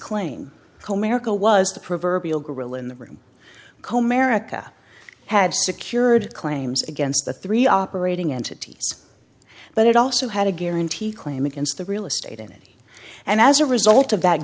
claim comarca was the proverbial gorilla in the room co merica had secured claims against the three operating entities but it also had a guarantee a claim against the real estate in it and as a result of that